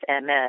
MS